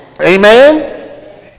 Amen